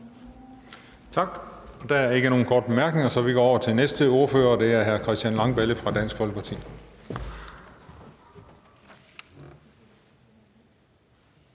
Tak. Der er ikke nogen korte bemærkninger, så vi går over til den næste ordfører, og det er hr. Christian Langballe fra Dansk Folkeparti.